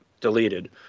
deleted